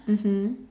mmhmm